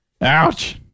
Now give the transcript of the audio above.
Ouch